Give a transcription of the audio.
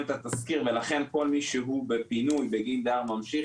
את התזכיר ולכן כל מי שהוא בפינוי בגין דייר ממשיך,